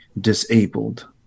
disabled